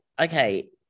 okay